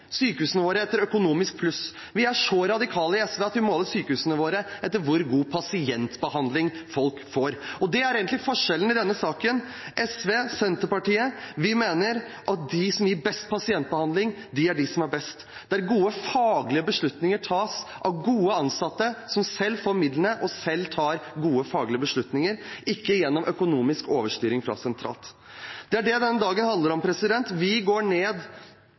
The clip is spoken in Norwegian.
sykehusene våre etter økonomisk pluss. Vi er så radikale i SV at vi måler sykehusene våre etter hvor god pasientbehandling folk får. Det er egentlig forskjellen i denne saken. SV og Senterpartiet mener at de som gir best pasientbehandling, er de som er best. Gode faglige beslutninger tas av gode ansatte som selv får midlene og selv tar faglige beslutninger, ikke gjennom økonomisk overstyring fra sentralt hold. Det er det denne dagen handler om. Vi går ned